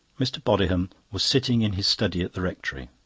mr. bodiham was sitting in his study at the rectory.